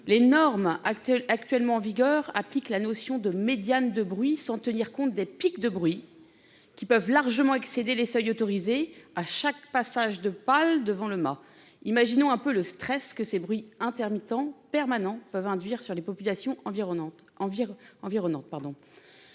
Les normes actuellement en vigueur reposent sur la notion de médiane de bruit, sans tenir compte des pics, qui peuvent largement excéder les seuils autorisés à chaque passage de pale devant le mât. Imaginez le stress que ces bruits intermittents permanents peuvent induire sur les populations environnantes.